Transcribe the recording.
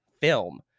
film